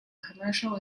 commercial